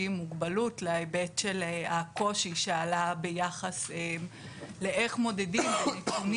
עם מוגבלות להיבט של הקושי שעלה ביחס לאיך מודדים נתונים